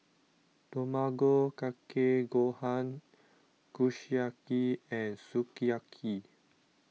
Tamago Kake Gohan Kushiyaki and Sukiyaki